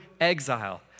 exile